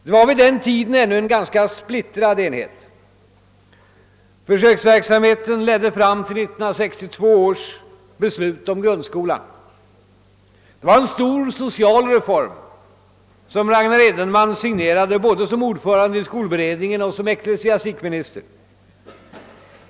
Vid den tiden rådde det ännu en ganska splittrad enighet. Försöksverksamheten ledde fram till 1962 års beslut om grundskolan. Detta var en stor social reform, som Ragnar Edenman signerade både som ordförande i skolberedningen och som ecklesiastikminister.